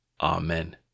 Amen